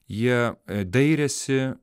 jie dairėsi